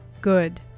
good